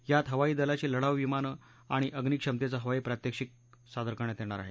यात हवाई दलाची लढाऊ विमाने आणि अम्नि क्षमतेचं हवाई प्रात्यक्षिक करण्यात येणार आहे